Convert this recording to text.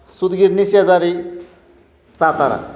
सुत गिरणीशेजारी सातारा